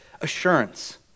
assurance